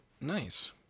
Nice